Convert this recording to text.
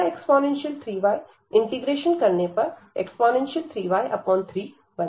तथा e3y integration करने परe3y 3 बन जाएगा